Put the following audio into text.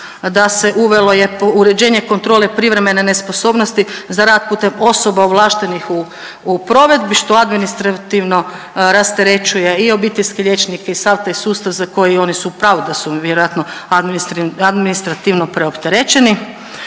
da se uvelo uređenje kontrole privremene nesposobnosti za rad putem osoba ovlaštenih u provedbi, što administrativno rasterećuje i obiteljske liječnike i sav taj sustav za koji oni su u pravu da su im vjerojatno administrativno preopterećeni.